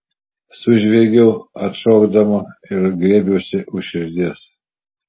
sužviegiau atšokdama ir griebiausi už širdies